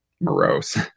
morose